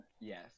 Yes